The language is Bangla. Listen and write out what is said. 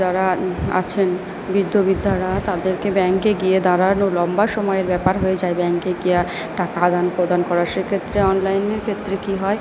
যারা আছেন বৃদ্ধ বৃদ্ধারা তাদেরকে ব্যাঙ্কে গিয়ে দাঁড়ানোর লম্বা সময়ের ব্যাপার হয়ে যায় ব্যাঙ্কে গিয়ে টাকা আদান প্রদান করার সেক্ষেত্রে অনলাইনের ক্ষেত্রে কি হয়